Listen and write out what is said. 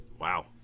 Wow